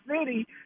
city